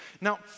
Now